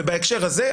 ובהקשר הזה,